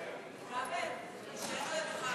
כבל, תישאר על